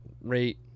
rate